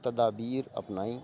تدابیر اپنائیں